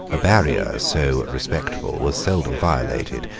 a barrier so respectable was seldom violated,